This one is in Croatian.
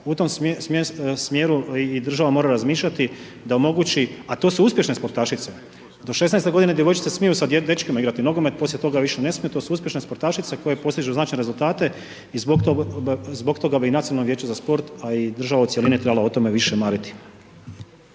U tom smjeru država mora razmišljati, da omogući, a to su uspješne sportašice, do 16 g. djevojčice smiju sa dečkima igrati nogomet, poslije toga više ne smiju, to su uspješne sportašice, koje postižu značajne rezultate i zbog toga bi Nacionalno vijeće za sport a i država u cjelini trebala o tome više mariti.